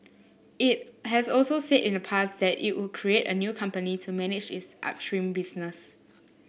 it has also said in the past that it would create a new company to manage its upstream business